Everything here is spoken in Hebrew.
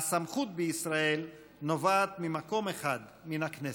הסמכות בישראל נובעת ממקום אחד, מהכנסת.